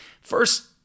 First